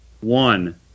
one